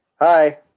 Hi